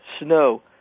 Snow